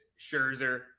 scherzer